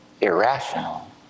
irrational